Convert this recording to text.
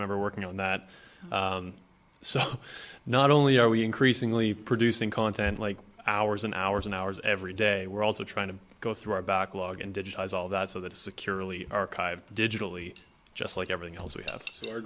member working on that so not only are we increasingly producing content like hours and hours and hours every day we're also trying to go through our backlog and digitize all that so that securely archive digitally just like everything else we have